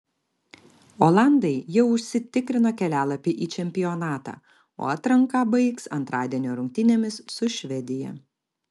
olandai jau užsitikrino kelialapį į čempionatą o atranką baigs antradienio rungtynėmis su švedija